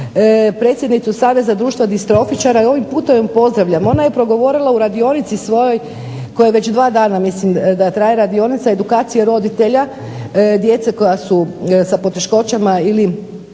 predsjednicu Saveza društva distrofičara i ovim putem je pozdravljam. Ona je progovorila u radionici svojoj koja već dva dana traje mislim da traje radionica edukacija roditelja djece koja su sa poteškoćama ili